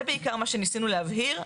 זה בעיקר מה שניסינו להבהיר.